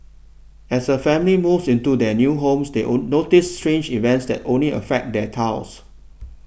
as a family moves into their new homes they notice strange events that only affect their tiles